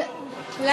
כמו חוק הלאום.